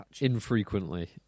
infrequently